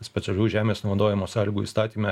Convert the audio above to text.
specialiųjų žemės naudojimo sąlygų įstatyme